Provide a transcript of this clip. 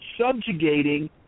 subjugating